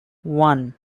one